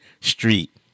street